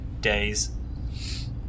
days